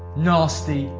nasty,